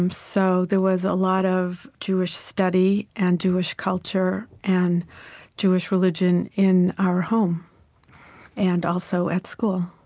um so there was a lot of jewish study and jewish culture and jewish religion in our home and, also, at school.